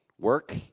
Work